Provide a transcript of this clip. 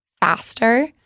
faster